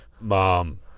Mom